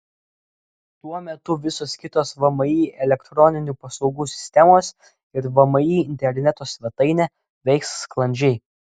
tuo metu visos kitos vmi elektroninių paslaugų sistemos ir vmi interneto svetainė veiks sklandžiai